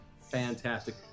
Fantastic